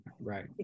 Right